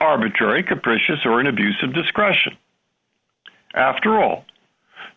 arbitrary capricious or an abuse of discretion after all